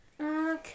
Okay